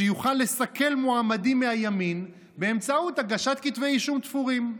שיוכל לסכל מועמדים מהימין באמצעות הגשת כתבי אישום תפורים.